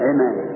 Amen